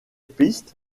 piste